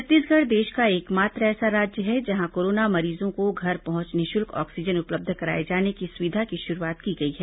छत्तीसगढ़ देश का एकमात्र ऐसा राज्य है जहां कोरोना मरीजों को घर पहुंच निःशुल्क ऑक्सीजन उपलब्ध कराए जाने की सुविधा की शुरूआत की गई है